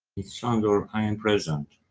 it's sandor, i am present.